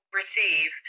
receive